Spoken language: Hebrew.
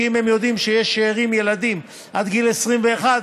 כי הם יודעים שאם יש שארים ילדים עד גיל 21,